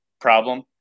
problem